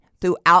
throughout